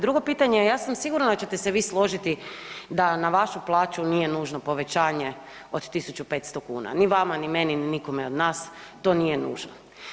Drugo pitanje, ja sam sigurna da ćete se vi složiti da na vašu plaću nije nužno povećanje od 1.500 kuna, ni vama, ni meni, ni nikome od nas to nije nužno.